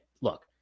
Look